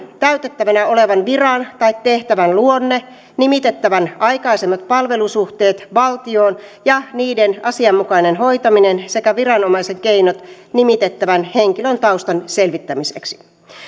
täytettävänä olevan viran tai tehtävän luonne nimitettävän aikaisemmat palvelussuhteet valtioon ja niiden asianmukainen hoitaminen sekä viranomaisen keinot nimitettävän henkilön taustan selvittämiseksi